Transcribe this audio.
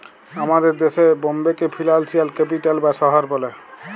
আমাদের দ্যাশে বম্বেকে ফিলালসিয়াল ক্যাপিটাল বা শহর ব্যলে